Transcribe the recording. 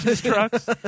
trucks